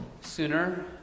sooner